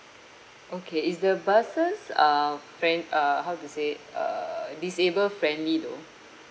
okay is the buses uh friend uh how to say uh disabled friendly though